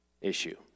issue